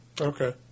Okay